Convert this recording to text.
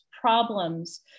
problems